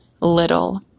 Little